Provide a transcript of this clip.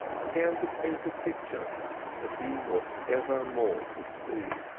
began to paint a picture that he was ever more to see.